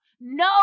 No